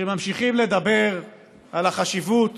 כשממשיכים לדבר על החשיבות